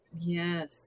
Yes